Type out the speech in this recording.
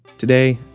today,